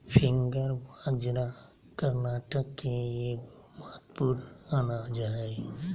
finger बाजरा कर्नाटक के एगो महत्वपूर्ण अनाज हइ